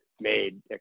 made